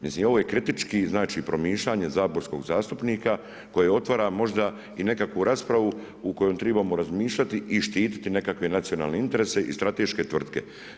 Mislim ovo je kritički, znači promišljanje saborskog zastupnika koje otvara možda i nekakvu raspravu u kojoj tribamo razmišljati i štititi nekakve nacionalne interese i strateške tvrtke.